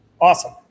Awesome